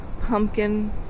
pumpkin